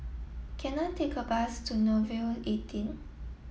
can I take a bus to Nouvel eighteen